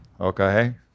okay